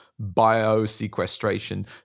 biosequestration